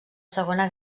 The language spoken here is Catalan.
segona